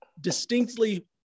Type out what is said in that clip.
distinctly